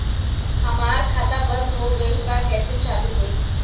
हमार खाता बंद हो गईल बा कैसे चालू होई?